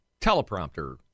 teleprompter